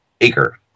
acre